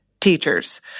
teachers